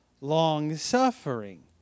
Long-suffering